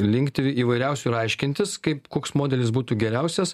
linkteli įvairiausių ir aiškintis kaip koks modelis būtų geriausias